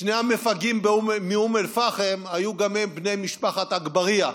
שני המפגעים מאום אל-פחם היו גם הם בני משפחת אגברייה.